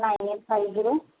nine eight five zero